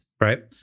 right